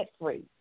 free